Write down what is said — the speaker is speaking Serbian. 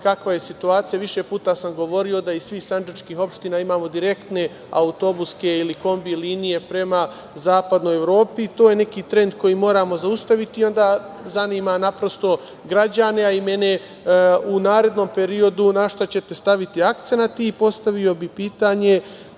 kakva je situacija. Više puta sam govorio da iz svih sandžačkih opština imamo direktne autobuske ili kombi linije prema zapadnoj Evropi i to je neki trend koji moramo zaustaviti. Zanima naprosto građane, a i mene, u narednom periodu na šta ćete staviti akcenat. Postavio bih pitanje